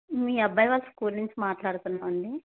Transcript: మీ అబ్బాయి వాళ్ళ స్కూల్ నుంచి మాట్లాడుతున్నామండి